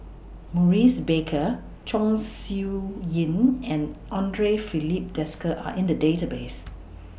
Maurice Baker Chong Siew Ying and Andre Filipe Desker Are in The Database